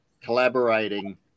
collaborating